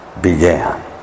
began